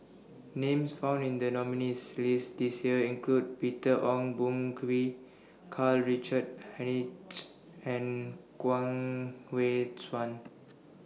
Names found in The nominees' list This Year include Peter Ong Boon Kwee Karl Richard Hanitsch and Guang Hui Tsuan